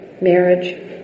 marriage